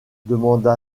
demanda